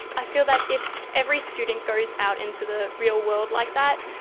i feel that if every student goes out into the real world like that,